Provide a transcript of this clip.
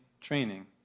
training